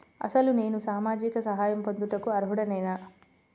అసలు నేను సామాజిక సహాయం పొందుటకు అర్హుడనేన?